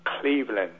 Cleveland